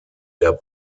der